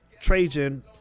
Trajan